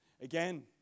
again